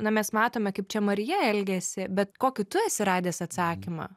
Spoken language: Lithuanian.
na mes matome kaip čia marija elgiasi bet kokį tu esi radęs atsakymą